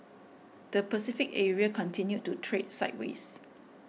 the Pacific area continued to trade sideways